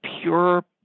pure